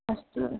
अस्तु